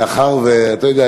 מאחר שאתה יודע,